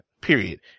period